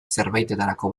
zerbaitetarako